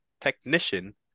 technician